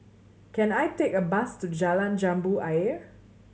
can I take a bus to Jalan Jambu Ayer